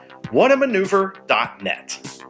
Whatamaneuver.net